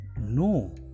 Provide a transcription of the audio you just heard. No